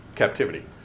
captivity